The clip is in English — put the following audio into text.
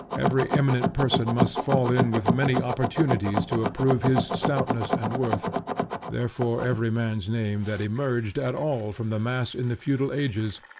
every eminent person must fall in with many opportunities to approve his stoutness and worth therefore every man's name that emerged at all from the mass in the feudal ages,